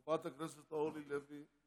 חברת הכנסת אורלי לוי,